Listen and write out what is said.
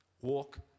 walk